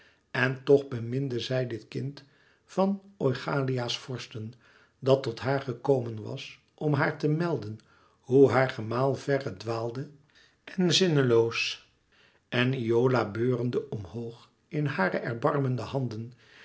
en toch beminde zij dit kind van oichalia's vorsten dat tot haar gekomen was om haar te melden hoe haar gemaal verre dwaalde en zinneloos en iole beurende omhoog in hare erbarmende armen